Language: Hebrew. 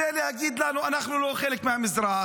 זה לא רק חוק הלאום,